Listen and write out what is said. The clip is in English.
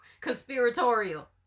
conspiratorial